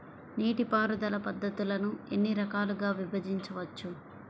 నీటిపారుదల పద్ధతులను ఎన్ని రకాలుగా విభజించవచ్చు?